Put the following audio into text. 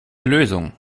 lösung